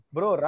Bro